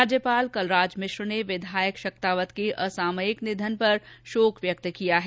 राज्यपाल कलराज मिश्र ने विधायक शक्तावत के असामयिक निधन पर शोक व्यक्त किया है